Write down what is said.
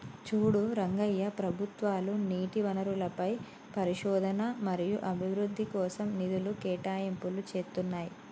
చూడు రంగయ్య ప్రభుత్వాలు నీటి వనరులపై పరిశోధన మరియు అభివృద్ధి కోసం నిధులు కేటాయింపులు చేతున్నాయి